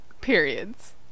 periods